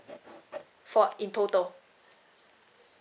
for in total